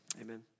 amen